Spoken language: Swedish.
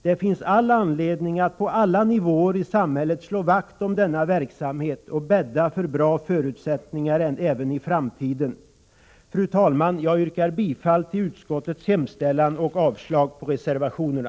Det finns all anledning att på alla nivåer i samhället slå vakt om denna verksamhet och bädda för bra förutsättningar även i framtiden. Fru talman! Jag yrkar bifall till utskottets hemställan och avslag på reservationerna.